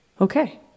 okay